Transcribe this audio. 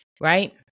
right